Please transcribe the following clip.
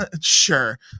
Sure